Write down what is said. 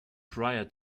prior